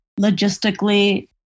logistically